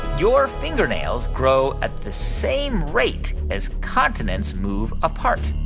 your fingernails grow at the same rate as continents move apart?